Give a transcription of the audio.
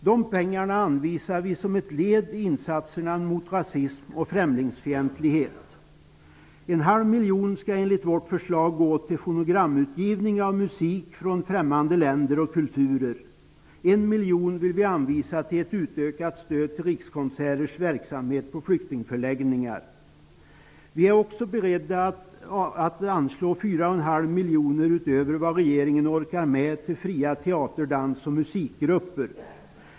De pengarna anvisar vi som ett led i insatserna mot rasism och främlingsfientlighet. 500 000 kr skall enligt vårt förslag gå till fonogramutgivning av musik från främmande länder och kulturer. 1 miljon vill vi anvisa till ett utökat stöd till Rikskonserters verksamhet på flyktingförläggningar. Vi är också beredda att anslå 4,5 miljoner kronor utöver vad regeringen orkar med till fria teater-, dans och musikgrupper.